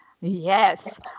Yes